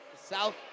South